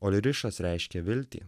olrišas reiškia viltį